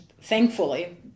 thankfully